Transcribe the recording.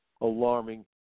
alarming